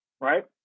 right